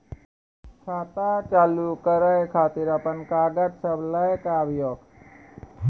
खाता चालू करै खातिर आपन कागज सब लै कऽ आबयोक?